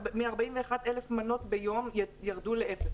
מ-41,000 מנות ביום הם ירדו לאפס.